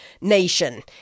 nation